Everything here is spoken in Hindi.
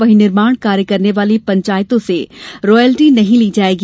वहीं निर्माण कार्य करने वाली पंचायतों से रॉयल्टी नहीं ली जायेगी